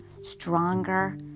stronger